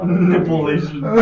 Manipulation